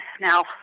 now